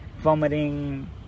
vomiting